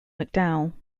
mcdowell